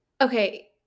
Okay